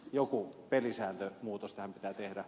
joku pelisääntömuutos tähän pitää tehdä